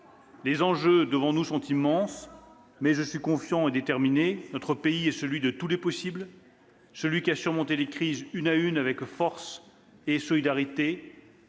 Les enjeux devant nous sont immenses, mais je suis confiante et déterminée. « Notre pays est celui de tous les possibles ; celui qui a surmonté les crises une à une avec force et solidarité